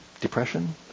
Depression